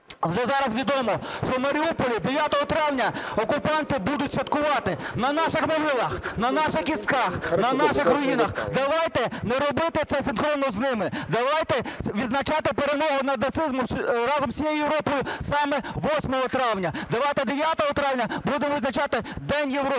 Вже зараз відомо, що в Маріуполі 9 травня окупанти будуть святкувати на наших могилах, на наших кістках, на наших руїнах. Давайте не робити це синхронно з ними. Давайте відзначати перемогу над нацизмом разом з усією Європою саме 8 травня. Давайте 9 травня будемо відзначати День Європи.